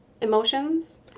Emotions